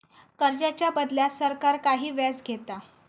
कर्जाच्या बदल्यात सरकार काही व्याज घेता